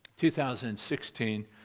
2016